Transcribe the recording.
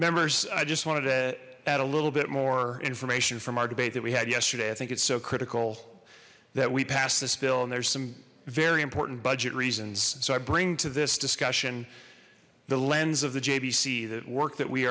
members i just wanted to add a little bit more information from our debate that we had yesterday i think it's so critical that we pass this bill and there's some very important budget reasons so i bring to this discussion the lens of the jbc that work that we